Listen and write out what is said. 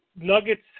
Nuggets